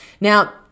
now